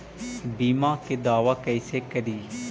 बीमा के दावा कैसे करी?